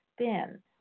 spin